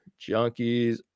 junkies